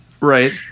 Right